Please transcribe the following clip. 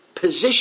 position